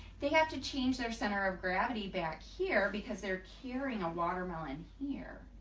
they have to change their center of gravity back here because they're carrying a watermelon here.